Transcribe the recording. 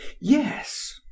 Yes